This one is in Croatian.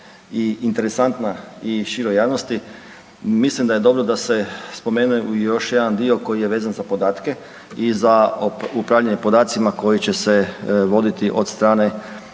i interesantna i široj javnosti mislim da je dobro da spomene i još jedan dio koji je vezan za podatke i za upravljanje podacima koji će se voditi od strane,